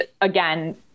again